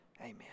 Amen